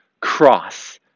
cross